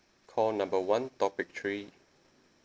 call number one topic three